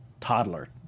toddler